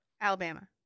Alabama